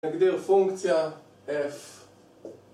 נגדיר פונקציה F